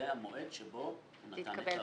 דהיינו, הלקוח.